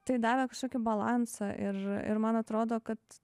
tai davė kažkokį balansą ir ir man atrodo kad